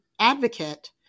advocate